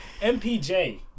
MPJ